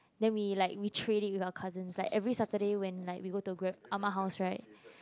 then we like we trade it with our cousins like every Saturday when like we go to gra~ Ah-Ma's house right